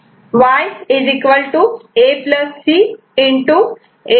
आता आपल्याला Y A C